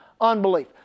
unbelief